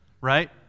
right